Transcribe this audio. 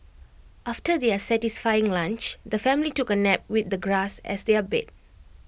after their satisfying lunch the family took A nap with the grass as their bed